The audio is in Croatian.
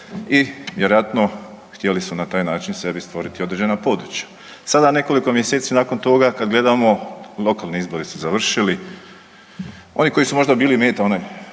i vjerojatno htjeli su na taj način sebi stvoriti određena područja. Sada nekoliko mjeseci nakon toga kada gledamo lokalni izbori su završili, oni koji su možda meta onaj